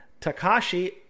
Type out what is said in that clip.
takashi